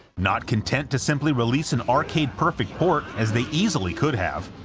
not content to simply release an arcade-perfect port, as they easily could have,